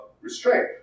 restraint